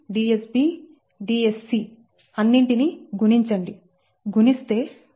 DsaDsbDcs అన్నింటినీ గుణించండి గుణిస్తే మీకు rd3